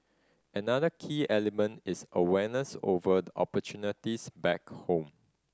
another key element is awareness over opportunities back home